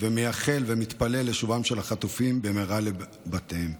ומאחל ומתפלל לשובם של החטופים במהרה לבתיהם.